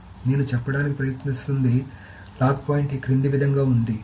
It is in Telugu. కాబట్టి నేను చెప్పడానికి ప్రయత్నిస్తోంది లాక్ పాయింట్ ఈ క్రింది విధంగా ఉంది